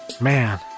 Man